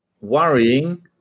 worrying